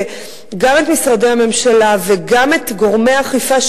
גם את משרדי הממשלה וגם את גורמי האכיפה,